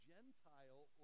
Gentile